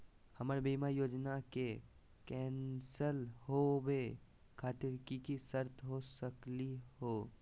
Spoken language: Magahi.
हमर बीमा योजना के कैन्सल होवे खातिर कि कि शर्त हो सकली हो?